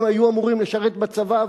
הם היו אמורים לשרת בצבא,